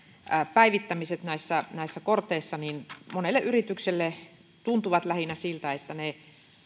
päivittämiset näissä näissä korteissa monelle yritykselle tuntuvat lähinnä siltä että ne